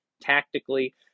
tactically